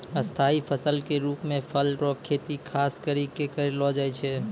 स्थाई फसल के रुप मे फल रो खेती खास करि कै करलो जाय छै